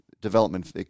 Development